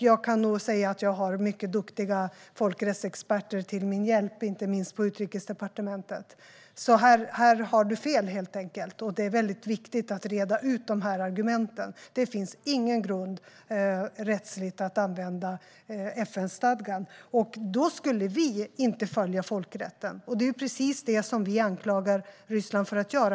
Jag kan nog säga att jag har mycket duktiga folkrättsexperter till min hjälp, inte minst på Utrikesdepartementet. Här har du fel helt enkelt. Det är viktigt att reda ut dessa argument. Det finns ingen rättslig grund att använda FN-stadgan. Annars skulle vi inte följa folkrätten. Det är precis det som vi anklagar Ryssland för.